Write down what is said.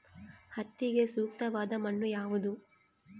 ಹತ್ತಿಗೆ ಸೂಕ್ತವಾದ ಮಣ್ಣು ಯಾವುದು?